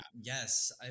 Yes